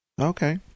Okay